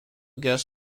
guest